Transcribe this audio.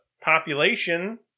population